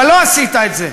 אבל לא עשית את זה.